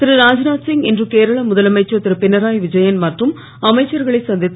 திருராத்நாத் சிங் இன்று கேரள முதலமைச்சர் திருபினரயி விஜயன் மற்றும் அமைச்சர்களை சந்தித்து